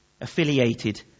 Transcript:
affiliated